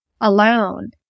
alone